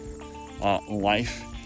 life